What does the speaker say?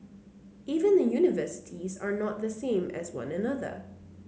even the universities are not the same as one another